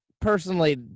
personally